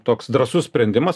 toks drąsus sprendimas